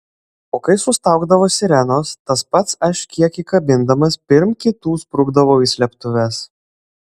o kai sustaugdavo sirenos tas pats aš kiek įkabindamas pirm kitų sprukdavau į slėptuves